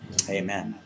Amen